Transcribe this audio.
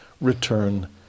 return